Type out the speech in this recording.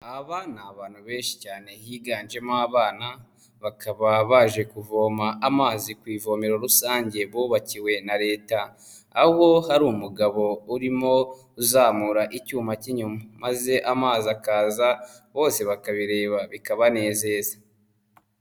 Aba ni abantu benshi cyane higanjemo abana, bakaba baje kuvoma amazi ku ivomero rusange bubakiwe na leta. Aho hari umugabo urimo uzamura icyuma cy'inyuma, maze amazi akaza, bose bakabireba bikabanezeza.